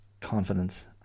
confidence